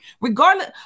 regardless